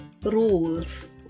rules